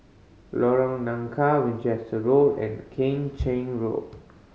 Lorong Nangka Winchester Road and Kheng Cheng Road